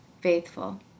faithful